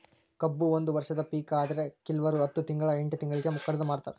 ಕಬ್ಬು ಒಂದ ವರ್ಷದ ಪಿಕ ಆದ್ರೆ ಕಿಲ್ವರು ಹತ್ತ ತಿಂಗ್ಳಾ ಎಂಟ್ ತಿಂಗ್ಳಿಗೆ ಕಡದ ಮಾರ್ತಾರ್